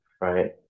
Right